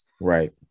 Right